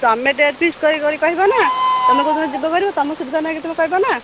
ତୁମେ date fix କରିକରି କହିବ ନା ତୁମେ କେଉଁଦିନ ଯିବ ଭେରି ତୁମ ସୁବିଧା ନେଇକି କହିବ ନା